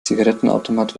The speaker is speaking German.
zigarettenautomat